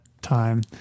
time